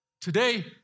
Today